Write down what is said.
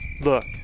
Look